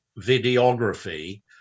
videography